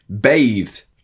bathed